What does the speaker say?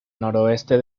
noreste